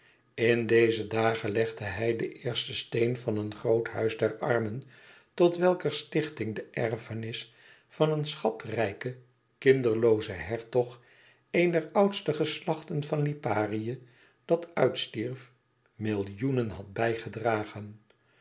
in deze dagen legde hij den eersten steen van een groot huis der armen tot welker stichting de erfenis van een schatrijken kinderloozen hertog een der oudste geslachten van liparië dat uitstierf millioenen had bijgedragen